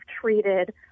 treated